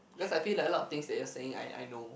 cause I feel like a lot of things that you are saying I I know